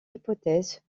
hypothèse